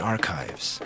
Archives